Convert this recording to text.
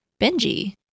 Benji